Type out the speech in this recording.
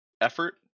effort